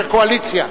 הקואליציה,